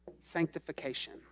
sanctification